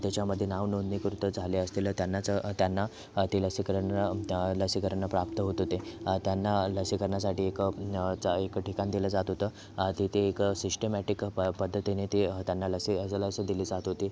त्याच्यामध्ये नावनोंदणी करून तर झाले असतील त्यांनाच त्यांना ते लसीकरण लसीकरण लसीकरण प्राप्त होत होते त्यांना लसीकरणासाठी एक एक ठिकाण दिलं जात होतं तिथे एक सिस्टमॅटिकं पं पद्धतीने ते त्यांना लसी त्यांना लस दिली जात होती